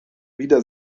wieder